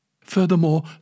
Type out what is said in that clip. Furthermore